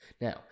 Now